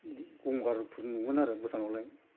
गंगारफोर नुगोन आरो भुटानावलाय